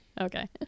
Okay